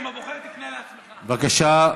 בבקשה,